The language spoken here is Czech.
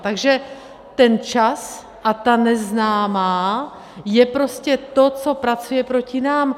Takže ten čas a ta neznámá je prostě to, co pracuje proti nám.